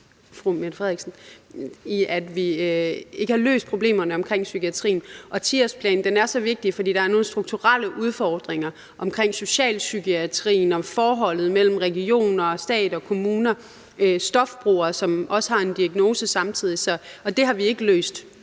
er færdige med at løse problemerne med psykiatrien, og 10-årsplanen er så vigtig, fordi der er nogle strukturelle udfordringer i forbindelse med socialpsykiatrien, forholdet mellem regioner, stat og kommuner og stofbrugere, som samtidig også har en diagnose, og det har vi ikke løst